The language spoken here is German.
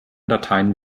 dateien